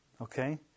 Okay